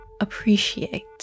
appreciate